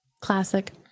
Classic